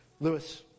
Lewis